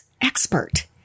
expert